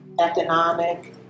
economic